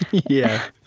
yeah,